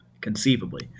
conceivably